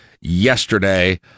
yesterday